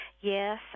Yes